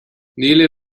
nele